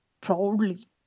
proudly